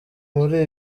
muri